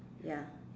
ya